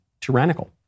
tyrannical